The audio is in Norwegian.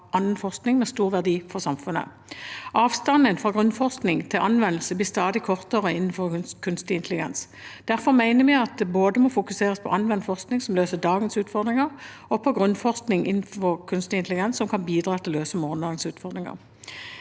annen forskning av stor verdi for samfunnet. Avstanden fra grunnforskning til anvendelse blir stadig kortere innenfor kunstig intelligens. Derfor mener vi at det må fokuseres både på anvendt forskning som løser dagens utfordringer, og på grunnforskning innenfor kunstig intelligens, som kan bidra til å løse morgendagens utfordringer.